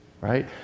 Right